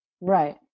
right